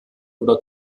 oder